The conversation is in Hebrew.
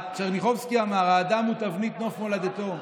טשרניחובסקי אמר: האדם הוא תבנית נוף מולדתו,